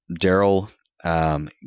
Daryl